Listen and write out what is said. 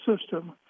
system